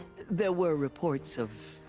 there were reports of.